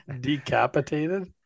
Decapitated